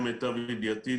למיטב ידיעתי,